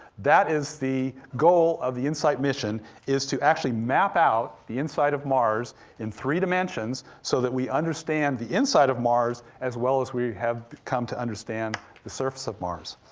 that is the goal of the insight mission is to actually map out the inside of mars in three dimensions so that we understand the inside of mars as well as we have come to understand the surface of mars.